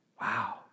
Wow